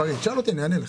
תשאל אותי, אני אענה לך.